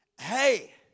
Hey